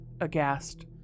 Aghast